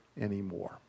anymore